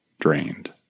drained